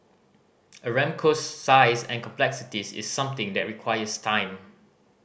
Aramco's size and complexities is something that requires time